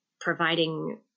providing